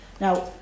Now